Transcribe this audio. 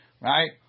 right